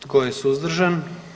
Tko je suzdržan?